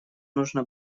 нужно